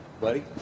Buddy